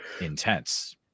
intense